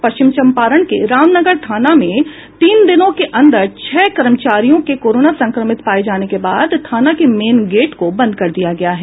पश्चिम चम्पारण के रामनगर थाना में तीन दिनों के अंदर छह कर्मचारियों के कोरोना संक्रमित पाए जाने के बाद थाना के मेन गेट को बंद कर दिया गया है